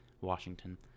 Washington